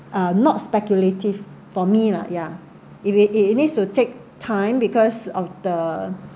uh not speculative for me lah if it it needs to take time because of the